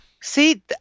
See